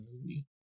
movie